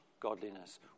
godliness